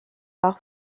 par